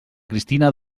cristina